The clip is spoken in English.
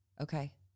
Okay